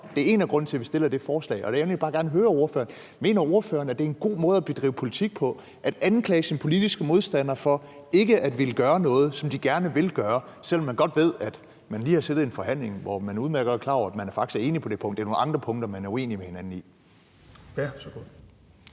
det er en af grundene til, at vi fremsatte det forslag. Jeg vil gerne høre ordføreren, om ordføreren mener, at det er en god måde at bedrive politik på at anklage sine politiske modstandere for ikke at ville gøre noget, som de gerne vil gøre, selv om man godt ved, at man lige har siddet i en forhandling, hvor man udmærket er klar over, at man faktisk er enig på det punkt, og at det er nogle andre punkter, man er uenig med hinanden i. Kl.